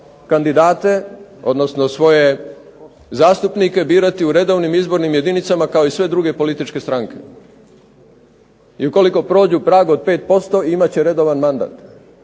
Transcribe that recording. kandidate, odnosno svoje zastupnike birati u redovnim izbornim jedinicama kao i sve druge političke stranke. I ukoliko prođu prag od 5% imat će redovan mandat,